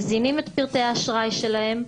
מזינים את פרטי האשראי שלהם,